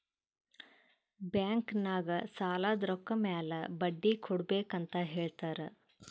bank ನಾಗ್ ಸಾಲದ್ ರೊಕ್ಕ ಮ್ಯಾಲ ಬಡ್ಡಿ ಕೊಡ್ಬೇಕ್ ಅಂತ್ ಹೇಳ್ತಾರ್